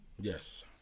Yes